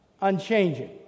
Unchanging